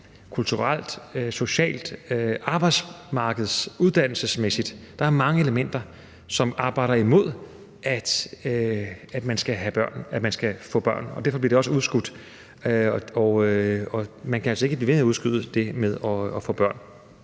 kulturelt, socialt, arbejdsmarkedsmæssigt, uddannelsesmæssigt – som arbejder imod, at man skal have børn, og derfor bliver det også udskudt. Og man kan altså ikke blive ved med at udskyde det med at få børn.